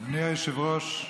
אדוני היושב-ראש,